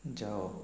ଯାଅ